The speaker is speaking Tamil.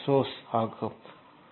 சோர்ஸ் ஆகும்